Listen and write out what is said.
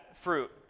fruit